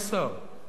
יש שר.